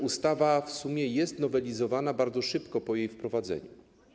Ustawa w sumie jest nowelizowana bardzo szybko po jej wprowadzeniu.